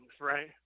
right